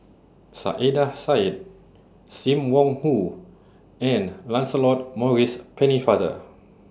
Saiedah Said SIM Wong Hoo and Lancelot Maurice Pennefather